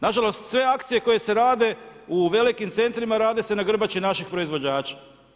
Nažalost, sve akcije koje se rade u velikim centrima, rade se na grbači naših proizvođača.